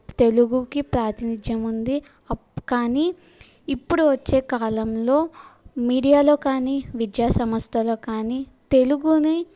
తెలుగుకి ప్రాతినిధ్యం ఉంది అప్ కానీ ఇప్పుడు వచ్చే కాలంలో మీడియాలో కానీ విద్యాసంస్థలో కానీ తెలుగుని